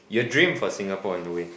your dream for Singapore in the way